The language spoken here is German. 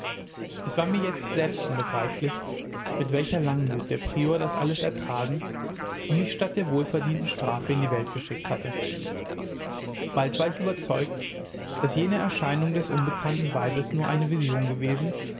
es war mir jetzt selbst unbegreiflich mit welcher langmut der prior das alles ertragen und mich statt der wohlverdienten strafe in die welt geschickt hatte bald war ich überzeugt daß jene erscheinung des unbekannten weibes nur eine vision gewesen